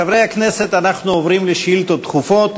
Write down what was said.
חברי הכנסת, אנחנו עוברים לשאילתות דחופות.